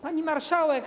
Pani Marszałek!